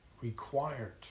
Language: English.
required